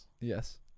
Yes